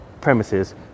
premises